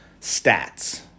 stats